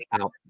out